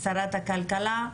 שרת הכלכלה,